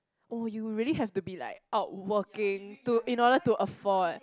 oh you really have to be like out working to in order to afford